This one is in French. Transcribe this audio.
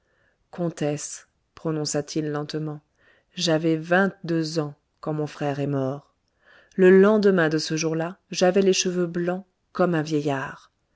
comtesse prononça-t-il lentement j'avais vingt-deux ans quand mon frère est mort le lendemain de ce jour-là j'avais les cheveux blancs comme un vieillard